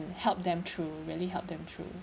help them through really help them through